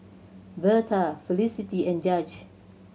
Birtha Felicity and Judge